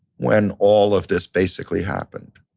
when all of this basically happened.